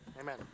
Amen